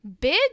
big